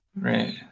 Right